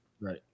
Right